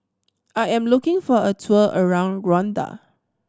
I am looking for a tour around Rwanda